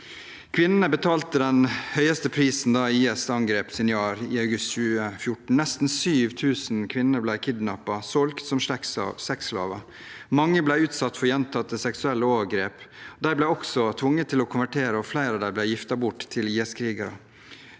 Kvinnene betalte den høyeste prisen da IS angrep Sinjar i august 2014. Nesten 7 000 kvinner ble kidnappet og solgt som sexslaver. Mange ble utsatt for gjentatte seksuelle overgrep. De ble også tvunget til å konvertere, og flere av dem ble giftet bort til IS-krigere.